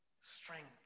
strength